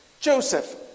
Joseph